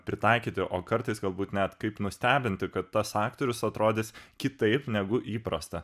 pritaikyti o kartais galbūt net kaip nustebinti kad tas aktorius atrodys kitaip negu įprasta